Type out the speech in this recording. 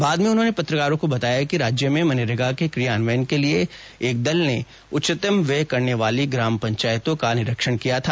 बाद में उन्होंने पत्रकारों को बताया कि राज्य में मनरेगा के क्रियान्वयन के लिए एक दल ने उच्चतम व्यय करने वाली ग्राम पंचायतों का निरीक्षण किया था